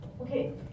Okay